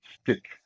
stick